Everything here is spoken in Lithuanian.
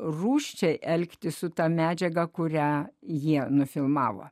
rūsčiai elgtis su ta medžiaga kurią jie nufilmavo